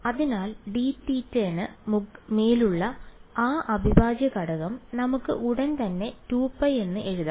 അതിനാൽ dθ ന് മേലുള്ള ആ അവിഭാജ്യഘടകം നമുക്ക് ഉടൻ തന്നെ 2π എന്ന് എഴുതാം